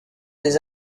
des